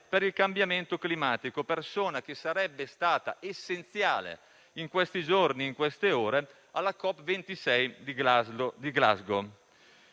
per il cambiamento climatico, che sarebbe stato essenziale in questi giorni e in queste ore alla COP26 di Glasgow.